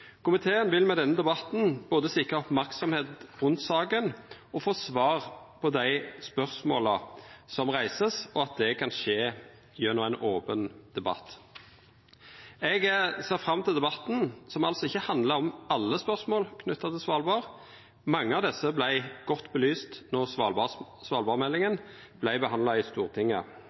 Komiteen vil med denne debatten både sikre merksemd rundt saka og få svar på dei spørsmåla som vert reiste, og at det kan skje gjennom ein open debatt. Eg ser fram til debatten, som altså ikkje handlar om alle spørsmåla knytte til Svalbard. Mange av desse vart godt belyste då svalbardmeldinga vart behandla i Stortinget,